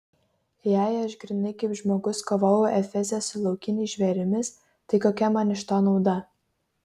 jei aš grynai kaip žmogus kovojau efeze su laukiniais žvėrimis tai kokia man iš to nauda